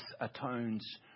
atones